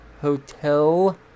Hotel